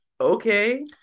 Okay